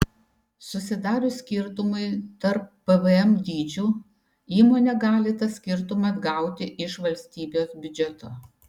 susidarius skirtumui tarp pvm dydžių įmonė gali tą skirtumą atgauti iš valstybės biudžeto